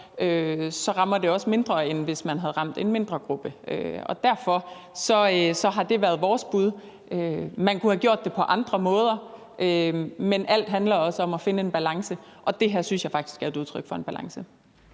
rammer det også mindre, end hvis man havde ramt en mindre gruppe. Derfor har det været vores bud. Man kunne have gjort det på andre måder, men alt handler også om at finde en balance, og det her synes jeg faktisk er et udtryk for en balance.